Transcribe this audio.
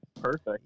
perfect